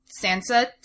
Sansa